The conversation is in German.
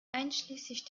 einschließlich